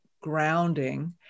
grounding